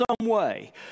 someway